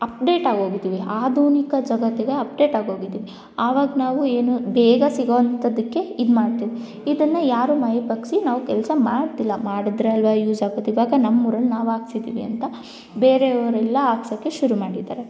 ಅಪ್ಡೇಟಾಗೋಗಿದ್ದೀವಿ ಆಧುನಿಕ ಜಗತ್ತಿಗೆ ಅಪ್ಡೇಟಾಗೋಗಿದ್ದೀವಿ ಆವಾಗ ನಾವು ಏನು ಬೇಗ ಸಿಗುವಂಥದಕ್ಕೆ ಇದು ಮಾಡ್ತೀವಿ ಇದನ್ನು ಯಾರು ಮೈ ಬಗ್ಸಿ ನಾವು ಕೆಲಸ ಮಾಡ್ತಿಲ್ಲ ಮಾಡಿದ್ರಲ್ವ ಯೂಸಾಗೋದು ಇವಾಗ ನಮ್ಮೂರಲ್ಲಿ ನಾವು ಹಾಕ್ಸಿದ್ದೀವಿ ಅಂತ ಬೇರೆಯವರೆಲ್ಲ ಹಾಕ್ಸೋಕ್ಕೆ ಶುರು ಮಾಡಿದ್ದಾರೆ